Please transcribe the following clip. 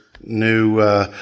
New